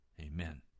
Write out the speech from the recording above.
Amen